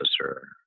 officer